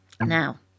Now